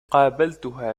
قابلتها